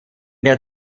der